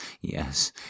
yes